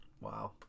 Wow